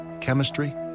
chemistry